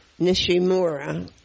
Nishimura